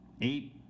eight